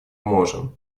можем